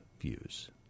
views